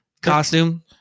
costume